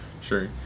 Sure